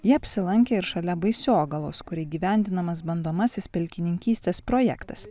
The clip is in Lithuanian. jie apsilankė ir šalia baisogalos kuri įgyvendinamas bandomasis pelkininkystės projektas